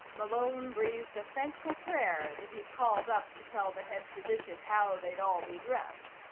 malone breathed a thankful prayer that he'd called up to tell the head physician how they'd all be dressed.